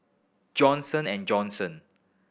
Johnson and Johnson